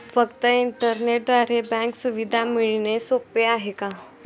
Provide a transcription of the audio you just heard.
फक्त इंटरनेटद्वारे बँक सुविधा मिळणे सोपे आहे का?